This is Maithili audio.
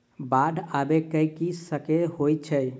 बाढ़ आबै केँ की संकेत होइ छै?